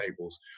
tables